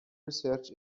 research